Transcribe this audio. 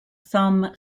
thumb